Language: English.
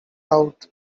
out